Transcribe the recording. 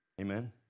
Amen